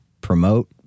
promote